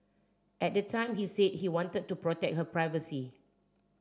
at the time he said he wanted to protect her privacy